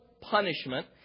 punishment